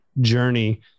journey